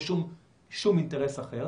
שלזה התייחסתי בהתחלה,